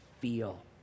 feel